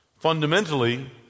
Fundamentally